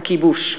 הכיבוש,